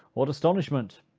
what astonishment!